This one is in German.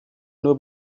nur